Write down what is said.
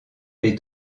les